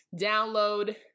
download